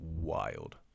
wild